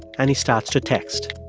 and he starts to text